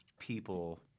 people